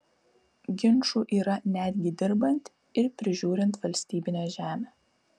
ginčų yra netgi dirbant ir prižiūrint valstybinę žemę